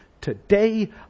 today